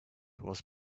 was